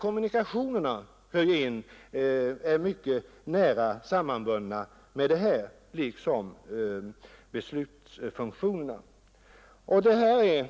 Kommunikationerna har mycket nära samband med detta liksom beslutsfunktionerna.